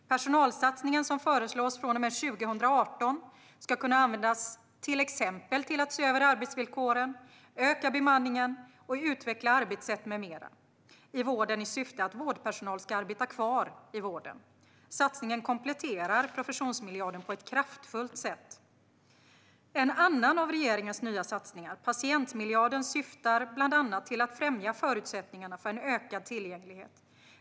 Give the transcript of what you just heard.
Personalsatsningen, som föreslås från och med 2018, ska kunna användas till exempel till att se över arbetsvillkoren, öka bemanningen och utveckla arbetssätt med mera i vården i syfte att vårdpersonal ska arbeta kvar i vården. Satsningen kompletterar professionsmiljarden på ett kraftfullt sätt. En annan av regeringens nya satsningar, patientmiljarden, syftar bland annat till att främja förutsättningarna för en ökad tillgänglighet.